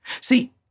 See